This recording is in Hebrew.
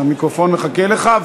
המיקרופון מחכה לך.